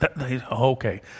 Okay